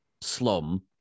slum